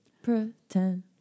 Pretend